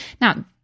Now